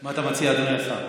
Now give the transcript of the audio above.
מה אתה מציע, אדוני השר?